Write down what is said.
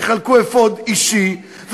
יחלקו אפוד אישי,